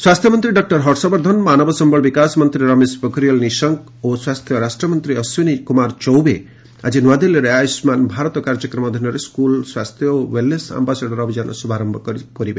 ସ୍ୱାସ୍ଥ୍ୟମନ୍ତ୍ରୀ ଡକ୍ଟର ହର୍ଷବର୍ଦ୍ଧନ ମାନବ ସମ୍ଭଳ ବିକାଶ ମନ୍ତ୍ରୀ ରମେଶ ପୋଖରିଆଲ୍ ନିଶଙ୍କ ଓ ସ୍ୱାସ୍ଥ୍ୟ ରାଷ୍ଟ୍ରମନ୍ତ୍ରୀ ଅଶ୍ୱିନୀ କୁମାର ଚୁବେ ଆକି ନ୍ତାଦିଲ୍ଲୀରେ ଆୟୁଷ୍କାନ ଭାରତ କାର୍ଯ୍ୟକ୍ରମ ଅଧୀନରେ ସ୍କୁଲ ସ୍ୱାସ୍ଥ୍ୟ ଓ ୱେଲ୍ନେସ ଆମ୍ଘାସଡ଼ର ଅଭିଯାନର ଶୁଭାରମ୍ଭ କରିଛନ୍ତି